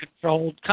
controlled